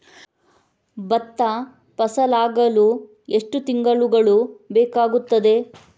ಭತ್ತ ಫಸಲಾಗಳು ಎಷ್ಟು ತಿಂಗಳುಗಳು ಬೇಕಾಗುತ್ತದೆ?